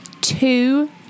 two